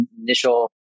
initial